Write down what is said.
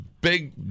big